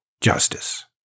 Justice